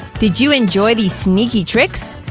did you enjoy these sneaky tricks?